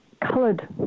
coloured